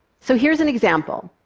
so here's an example.